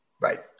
right